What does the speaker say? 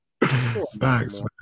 Thanks